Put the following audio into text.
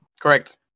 correct